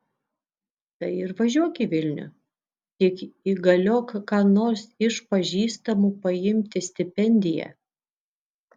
tai ir važiuok į vilnių tik įgaliok ką nors iš pažįstamų paimti stipendiją